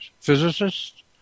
physicists